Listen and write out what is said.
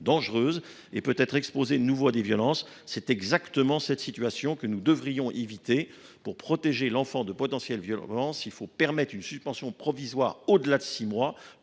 et d’être exposé à des violences. C’est précisément le type de situation que nous devons éviter. Pour protéger l’enfant de potentielles violences, il faut permettre une suspension provisoire au delà de six mois,